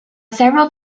several